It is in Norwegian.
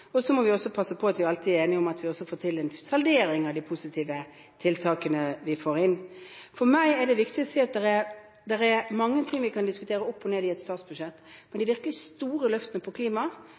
og så må vi også passe på at vi alltid er enige om å få til en saldering av de positive tiltakene vi får inn. For meg er det viktig å si at det er mange ting vi kan diskutere opp og ned i et statsbudsjett, men de virkelig store løftene på